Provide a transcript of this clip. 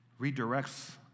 redirects